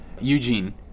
Eugene